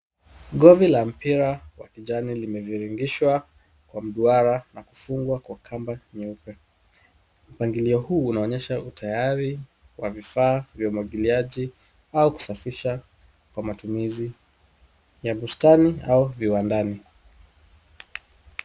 Govi la mpira wa kijani limeviringishwa kwa mduara na kufungwa kwa kamba nyeupe. Mpangilio huu unaonyesha utayari wa vifaa vya umwagiliaji au kusafisha kwa matumizi ya bustani au viwandani.